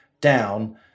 down